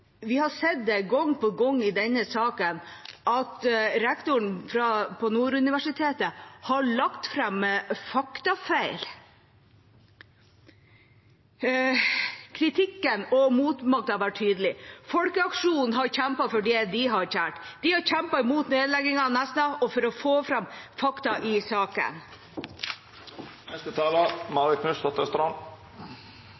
Vi har sett gang på gang i denne saken at rektor på Nord universitet har lagt fram faktafeil. Kritikken og motmakta har vært tydelig. Folkeaksjonen har kjempet for det de har kjært. De har kjempet mot nedlegging av Nesna og for å få fram fakta i saken.